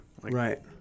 Right